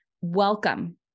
Welcome